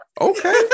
Okay